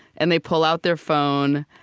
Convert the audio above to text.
and they pull out their phone.